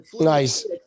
nice